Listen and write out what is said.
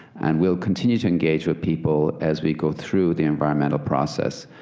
and will continue to engage with people as we go through the environment a process.